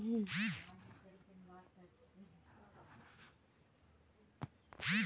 क्या हम एक हजार रुपये से खाता खोल सकते हैं?